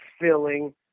filling